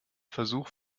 versuch